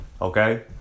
Okay